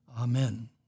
Amen